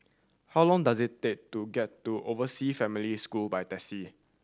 how long does it take to get to Oversea Family School by taxi